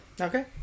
Okay